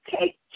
take